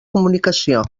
comunicació